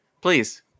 Please